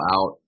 out